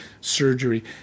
surgery